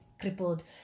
crippled